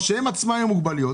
או שהם עצמם עם מוגבלויות.